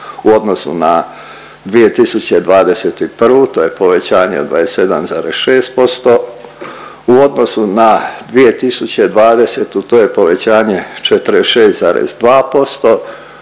U odnosu na 2021. to je povećanje od 27,6%, u odnosu na 2020., to je povećanje 46,2%,